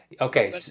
Okay